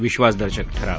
विश्वासदर्शक ठराव